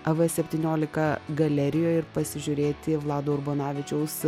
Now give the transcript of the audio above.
av septyniolika galerijoj ir pasižiūrėti vlado urbonavičiaus